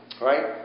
right